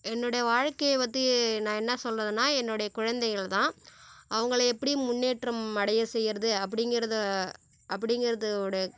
என்னோடய வாழ்க்கையை பற்றி நான் என்ன சொல்றதுன்னால் என்னுடைய குழந்தைகள் தான் அவங்களை எப்படி முன்னேற்றம் அடைய செய்கிறது அப்படிங்கிறத அப்படிங்கிறதோட